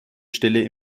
stelle